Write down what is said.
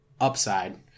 upside